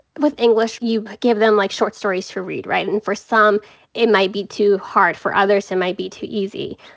with english you give them, like, short stories to read, right. and for some it might be too hard. for others it might be too easy.